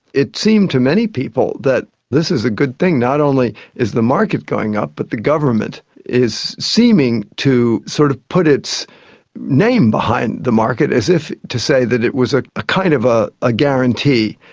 it seemed to many people that this is a good thing. not only is the market going up but the government is seeming to sort of put its name behind the market as if to say that it was ah a kind of a a guarantee,